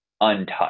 untouched